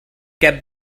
kept